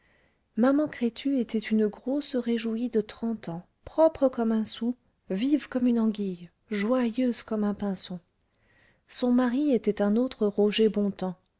maman crétu était une grosse réjouie de trente ans propre comme un sou vive comme une anguille joyeuse comme un pinson son mari était un autre roger bontemps